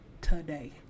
today